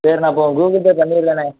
சரிண்ணப் அப்போ Google Pay பண்ணிரண்ணே